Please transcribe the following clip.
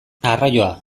arraioa